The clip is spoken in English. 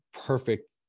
perfect